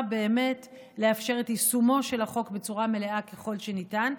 באמת לאפשר את יישומו של החוק בצורה מלאה ככל שניתן,